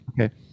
Okay